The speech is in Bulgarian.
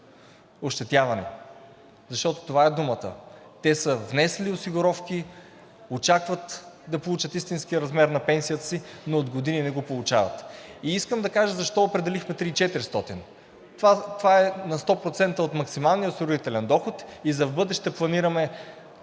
ощетявани. Защото това е думата. Те са внесли осигуровки, очакват да получат истинския размер на пенсията си, но от години не го получават. И искам да кажа защо определихме на 3400 лв. Това е на 100% от максималния осигурителен доход и за в бъдеще планираме